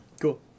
Cool